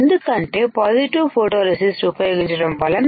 ఎందుకంటే positive photoresist ఉపయోగించడం వలన